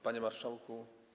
Panie Marszałku!